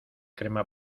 crema